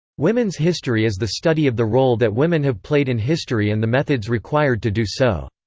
women's history is the study of the role that women have played in history and the methods required to do so.